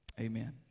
Amen